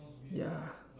ya